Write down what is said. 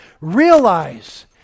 Realize